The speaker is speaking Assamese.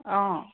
অ'